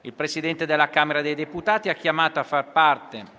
Il Presidente della Camera dei deputati ha chiamato a far parte